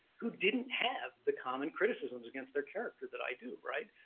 who didn't have the common criticisms against their character that i do, right?